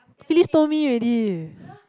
Phyllis told me already